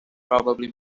probably